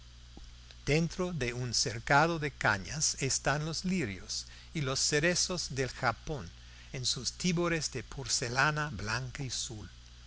dentro de un cercado de cañas están los lirios y los cerezos del japón en sus tibores de porcelana blanca y azul